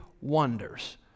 wonders